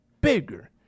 bigger